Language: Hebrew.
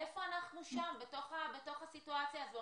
איפה אנחנו שם, בתוך הסיטואציה הזאת?